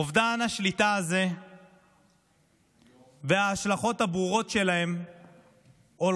אובדן השליטה הזה וההשלכות הברורות של זה הולכים